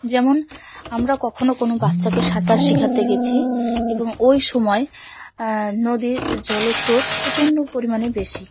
যেমন আমরা কখনও কোনো বাচ্চাকে সাঁতার শেখাতে গেছি এবং ওই সময় নদীর জলস্রোত প্রচণ্ড পরিমাণে বেশি